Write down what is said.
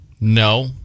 No